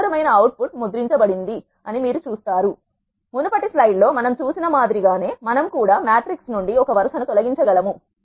అవసరమైన output ముద్రించబడింది మీరు చూస్తారు మునుపటి స్లైడ్ లో మనం చూసిన మాదిరి గానే మనం కూడా మ్యాట్రిక్స్ నుండి ఒక వరు సను తొలగించగలము